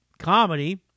comedy